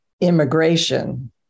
immigration